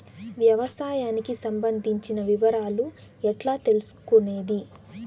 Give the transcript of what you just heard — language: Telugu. వ్యవసాయానికి సంబంధించిన వివరాలు ఎట్లా తెలుసుకొనేది?